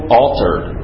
altered